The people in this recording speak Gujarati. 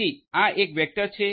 તેથી એક આ વેક્ટર છે